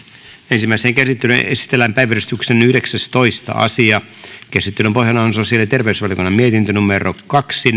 ensimmäiseen käsittelyyn esitellään päiväjärjestyksen yhdeksästoista asia käsittelyn pohjana on sosiaali ja terveysvaliokunnan mietintö kaksi